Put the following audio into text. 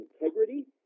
integrity